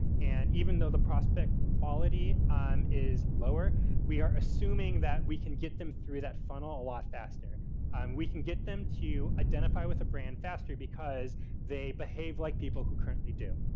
and even though the prospect quality um is lower we are assuming that we can get them through that funnel a lot faster. and um we can get them to identify with a brand faster because they behave like people who currently do.